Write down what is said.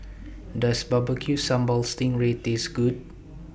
Does Barbecue Sambal Sting Ray Taste Good